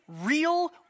real